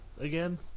again